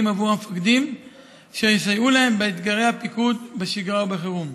בעבור המפקדים שיסייעו להם באתגרי הפיקוד בשגרה ובחירום.